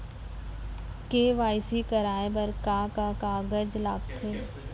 KYC कराये बर का का कागज लागथे?